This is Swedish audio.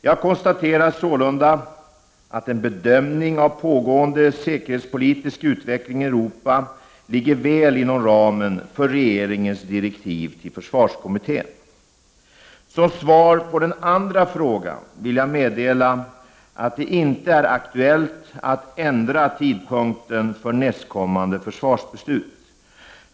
Jag konstaterar sålunda att en bedömning av pågående säkerhetspolitisk utveckling i Europa ligger väl inom ramen för regeringens direktiv till försvarskommittén. Som svar på den andra frågan vill jag meddela att det inte är aktuellt att ändra tidpunkten för nästkommande försvarsbeslut.